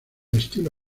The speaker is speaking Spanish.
estilo